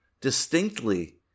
distinctly